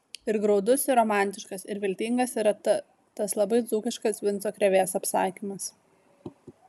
ir graudus ir romantiškas ir viltingas yra tas labai dzūkiškas vinco krėvės apsakymas